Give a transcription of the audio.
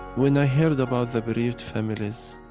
when i heard about the bereaved families